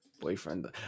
Boyfriend